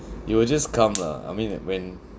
it will just come lah I mean at when